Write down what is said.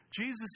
Jesus